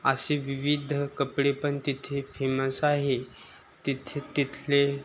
असे विविध कपडे पण तिथे फेमस आहे तिथे तिथले